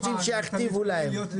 שיכתיבו להם.